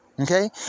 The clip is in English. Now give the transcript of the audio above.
Okay